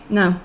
no